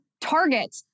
target